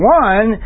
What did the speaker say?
one